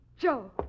Joe